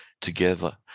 together